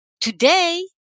Today